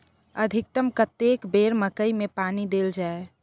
अधिकतम कतेक बेर मकई मे पानी देल जाय?